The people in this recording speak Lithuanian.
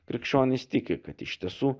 krikščionys tiki kad iš tiesų